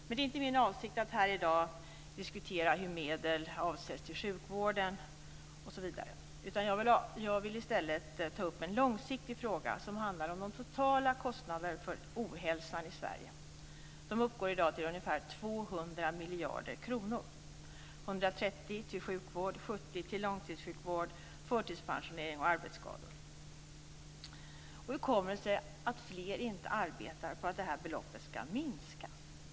Men det är inte min avsikt att här i dag diskutera hur medel avsätts till sjukvården, osv. Jag vill i stället ta upp en långsiktig fråga. Det handlar om de totala kostnaderna för ohälsan i Sverige. De uppgår i dag till ungefär 200 miljarder kronor - 130 miljarder till sjukvård och 70 miljarder till långtidssjukvård, förtidspensionering och arbetsskador. Hur kommer det sig att fler inte arbetar för att det beloppet skall minskas?